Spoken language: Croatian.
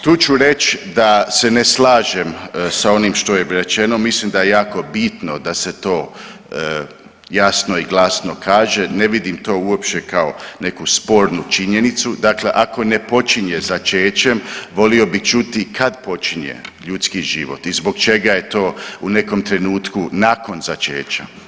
Tu ću reć da se ne slažem s onim što je rečeno, mislim da je jako bitno da se to jasno i glasno kaže, ne vidim to uopće kao neku spornu činjenicu, dakle ako ne počinje začećem volio bih čuti kad počinje ljudski život i zbog čega je to u nekom trenutku nakon začeća.